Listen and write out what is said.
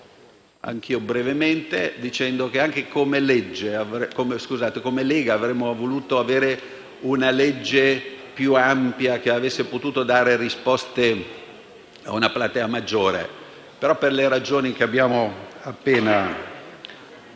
concludo dicendo che anche come Lega avremmo voluto avere una legge più ampia che avesse potuto dare risposte a una platea maggiore. Però, per le ragioni che abbiamo appena